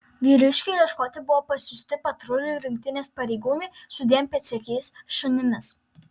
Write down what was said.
vyriškio ieškoti buvo pasiųsti patrulių rinktinės pareigūnai su dviem pėdsekiais šunimis